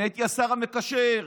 אני הייתי השר המקשר,